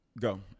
Go